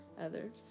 others